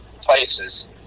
places